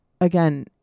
again